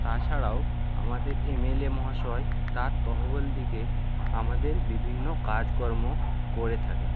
তাছাড়াও আমাদের এমএলএ মহাশয় তার তহবিল থেকে আমাদের বিভিন্ন কাজকর্ম করে থাকেন